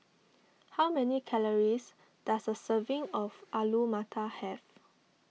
how many calories does a serving of Alu Matar have